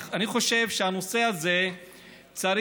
אני חושב שהנושא הזה צריך